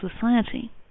society